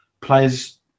players